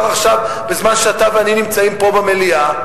עכשיו בזמן שאתה ואני נמצאים פה במליאה.